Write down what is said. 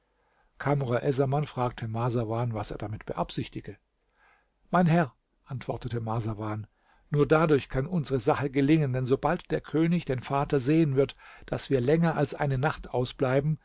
essaman fragte marsawan was er damit beabsichtige mein herr antwortete marsawan nur dadurch kann unsere sache gelingen denn sobald der könig dein vater sehen wird daß wir länger als eine nacht ausbleiben